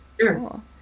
Sure